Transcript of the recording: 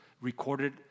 recorded